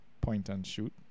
point-and-shoot